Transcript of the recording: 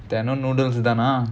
தினம்:thinam noodles தானா:thaanaa